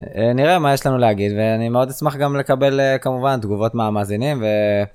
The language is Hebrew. נראה מה יש לנו להגיד ואני מאוד אשמח גם לקבל כמובן תגובות מהמאזינים.